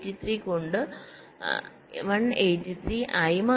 83 ആയി മാറി